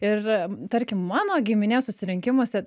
ir tarkim mano giminės susirinkimuose